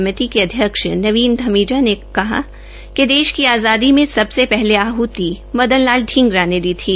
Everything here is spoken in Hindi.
समिति के अध्यक्ष नवीन धमीजा ने कहा कि देश की आज़ादी मे सबसे पहले आहति मदन लाल पींगरा ने दी थी